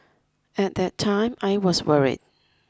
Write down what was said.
at that time I was worried